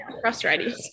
frustrating